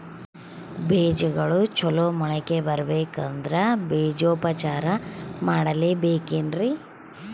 ಬೇಜಗಳು ಚಲೋ ಮೊಳಕೆ ಬರಬೇಕಂದ್ರೆ ಬೇಜೋಪಚಾರ ಮಾಡಲೆಬೇಕೆನ್ರಿ?